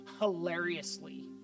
hilariously